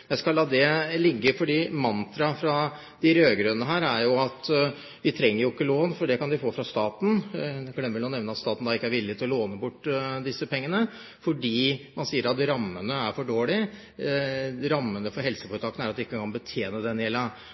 Jeg skal la det ligge, fordi mantraet fra de rød-grønne her er at de jo ikke trenger lån, for det kan de få fra staten. De glemmer vel å nevne at staten ikke er villig til å låne bort disse pengene, fordi man sier at rammene er for dårlige, rammene for helseforetakene er slik at de ikke kan betjene denne gjelden.